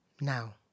now